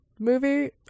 movie